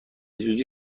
زودی